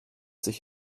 sich